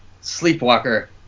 Sleepwalker